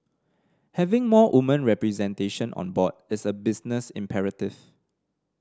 having more woman representation on board is a business imperative